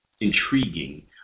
intriguing